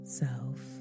self